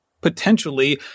potentially